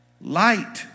light